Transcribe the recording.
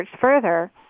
further